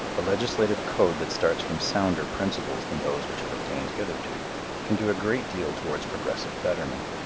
a legislative code that starts from sounder principles than those which have obtained hitherto can do a great deal towards progressive betterment.